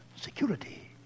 security